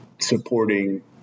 supporting